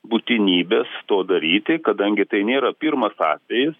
būtinybės to daryti kadangi tai nėra pirmas atvejis